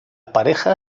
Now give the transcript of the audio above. pareja